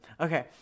Okay